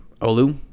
Olu